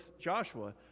Joshua